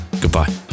Goodbye